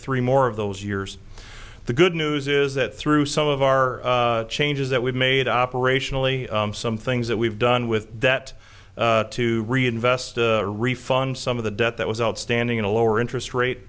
three more of those years the good news is that through some of our changes that we've made operationally some things that we've done with that to reinvest refund some of the debt that was ending in a lower interest rate